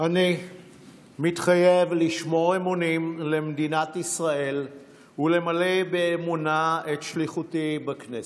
אני מתחייב לשמור אמונים למדינת ישראל ולמלא באמונה את שליחותי בכנסת.